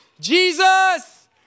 Jesus